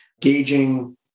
gauging